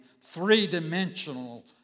three-dimensional